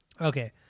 Okay